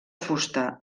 fusta